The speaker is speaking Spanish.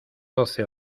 doce